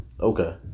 Okay